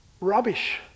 Rubbish